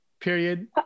period